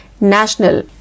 national